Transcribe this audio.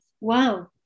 Wow